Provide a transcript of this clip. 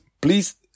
please